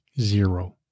zero